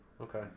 Okay